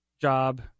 job